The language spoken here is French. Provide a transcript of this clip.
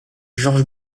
george